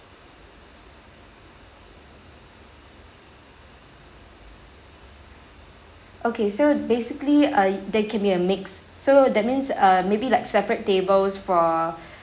okay so basically uh they can be a mix so that means uh maybe like separate tables for